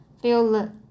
feel